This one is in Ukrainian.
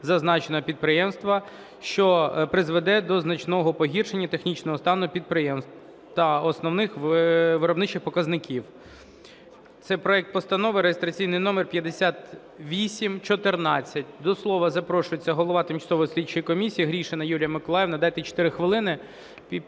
зазначеного підприємства, що призведе до значного погіршення технічного стану підприємства та основних виробничих показників. Це проект Постанови (реєстраційний номер 5814). До слова запрошується голова Тимчасової слідчої комісії Гришина Юлія Миколаївна. Дайте їй 4 хвилини.